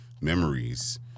memories